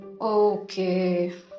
Okay